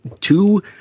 two